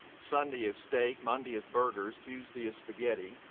sunday is steak, monday is burgers, tuesday is spaghetti,